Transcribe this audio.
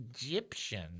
Egyptian